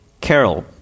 Carol